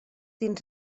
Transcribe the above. dins